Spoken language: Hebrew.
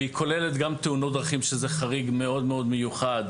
והיא כוללת גם תאונות דרכים שזה חריג מאוד מאוד מיוחד,